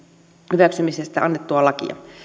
hyväksymisestä annettua lakia